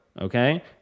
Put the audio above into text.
Okay